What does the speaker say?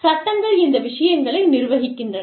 சட்டங்கள் இந்த விஷயங்களை நிர்வகிக்கின்றன